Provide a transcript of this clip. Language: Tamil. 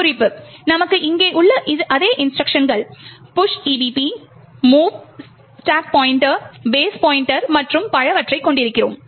குறிப்பு நமக்கு இங்கே உள்ள அதே இன்ஸ்ட்ருக்ஷன் கள் push EBP mov stack pointer base pointer மற்றும் பலவற்றைக் கொண்டிருக்கிறோம்